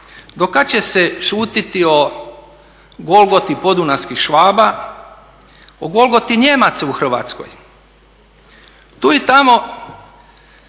do kad će se šutiti o golgoti podunavskih Švaba, o golgoti Nijemaca u Hrvatskoj? Tu i tamo